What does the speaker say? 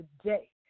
today